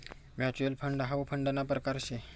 mutual fund हाउ फंडना परकार शे